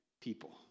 people